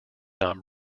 not